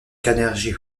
carnegie